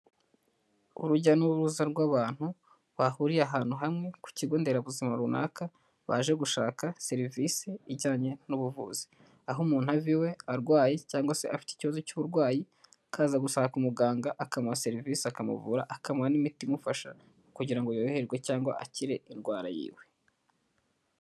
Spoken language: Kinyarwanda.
Urujya n'uruza rw'abantu bahuriye ahantu hamwe ku kigo nderabuzima runaka baje gushaka serivisi ijyanye n'ubuvuzi aho umuntu ava iwe arwaye cyangwa se afite ikibazo cy'uburwayi akaza gushaka umuganga akamuha serivisi akamuvura akamu n'imiti imufasha kugira ngo yorohererwe cyangwa akire indwara yiwe.